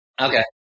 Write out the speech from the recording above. Okay